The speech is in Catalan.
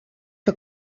que